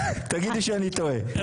תגיד לי שאני טועה, ברוכי.